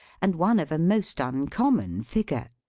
and one of a most uncommon figure.